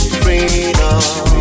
freedom